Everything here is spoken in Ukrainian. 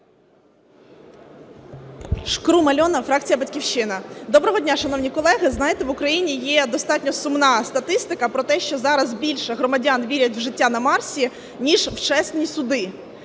Шкрум Альона, фракція "Батьківщина". Доброго дня, шановні колеги! Знаєте, в Україні є достатньо сумна статистика про те, що зараз більше громадян вірять в життя на Марсі, ніж в чесні суди.